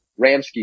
Ramsky